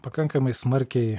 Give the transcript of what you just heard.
pakankamai smarkiai